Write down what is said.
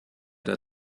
der